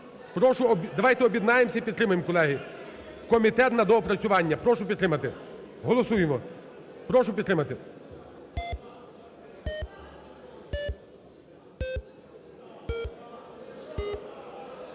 Давайте об'єднаємося і підтримаємо, колеги, в комітет на доопрацювання. Прошу підтримати. Голосуємо. Прошу підтримати.